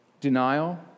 denial